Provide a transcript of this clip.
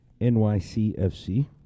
NYCFC